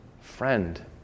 friend